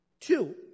two